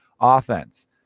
offense